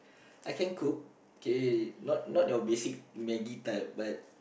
I can cook K not not the basic maggie type but